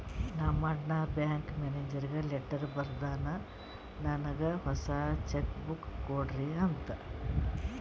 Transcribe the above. ನಮ್ ಅಣ್ಣಾ ಬ್ಯಾಂಕ್ ಮ್ಯಾನೇಜರ್ಗ ಲೆಟರ್ ಬರ್ದುನ್ ನನ್ನುಗ್ ಹೊಸಾ ಚೆಕ್ ಬುಕ್ ಕೊಡ್ರಿ ಅಂತ್